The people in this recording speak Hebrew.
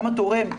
גם התורם,